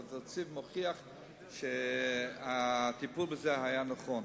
אבל התקציב מוכיח שהטיפול בזה היה נכון.